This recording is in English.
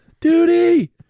Duty